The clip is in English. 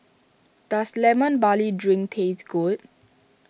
does Lemon Barley Drink taste good